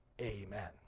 Amen